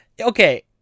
okay